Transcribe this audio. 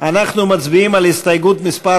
אנחנו מצביעים על הסתייגות מס'